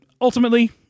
ultimately